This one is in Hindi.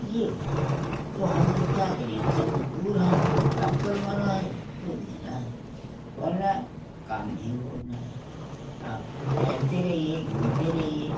यों है तो हम लोग क्या करें अपना मजबूर हैं काम करवाना है तो देना है वरना काम नहीं होना है आप टहलते रहिए घूमते रहिए